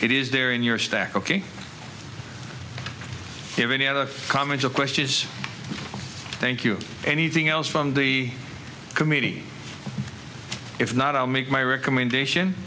it is there in your stack ok have any other comments or questions thank you anything else from the committee if not i'll make my recommendation